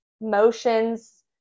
motions